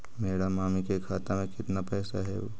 मेरा मामी के खाता में कितना पैसा हेउ?